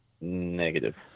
Negative